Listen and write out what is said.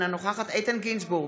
אינה נוכחת איתן גינזבורג,